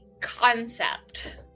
concept